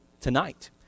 tonight